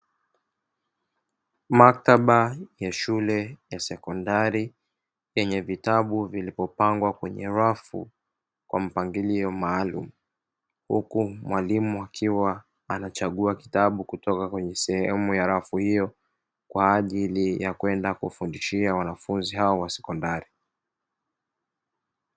Maktaba ya shule ya sekondari yenye vitabu vilipopangwa kwenye rafu kwa mpangilio maalumu, huku mwalimu akiwa anachagua kitabu kutoka kwenye sehemu ya rafu hiyo kwa ajili ya kwenda kufundishia wanafunzi hao wa sekondari.